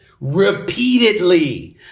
repeatedly